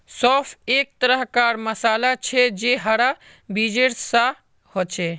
सौंफ एक तरह कार मसाला छे जे हरा बीजेर सा होचे